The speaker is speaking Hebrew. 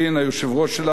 הוא דמוקרט,